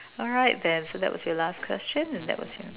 alright then so that was your last question and that was